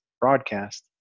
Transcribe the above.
broadcast